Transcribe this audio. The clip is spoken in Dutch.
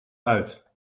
uit